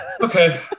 Okay